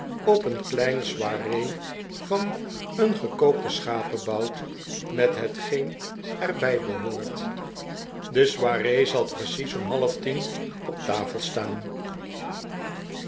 op een kleine soiree van een gekookten schapebout met hetgeen er bij behoort de soiree zal precies om halftien op tafel staan